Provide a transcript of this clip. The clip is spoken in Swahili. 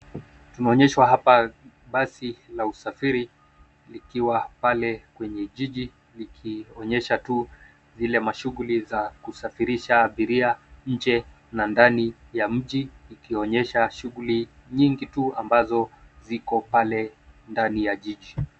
Tumeonyeshwa hapa basi ya usafiri likiwa pale kwenye jiji likionyesha tu zile mashughuli za kusafirisha abiria inje na ndani ya mjiji, ikionyesha shughuli nyingi tu ambazo ziko ndani ya jiji